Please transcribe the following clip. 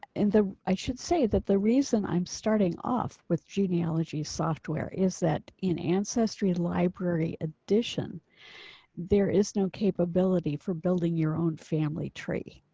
in the i should say that the reason i'm starting off with genealogy software is that in ancestry library edition there is no capability for building your own family tree.